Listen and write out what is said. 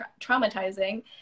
traumatizing